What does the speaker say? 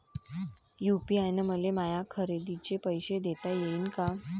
UPI न मले माया खरेदीचे पैसे देता येईन का?